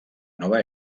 nova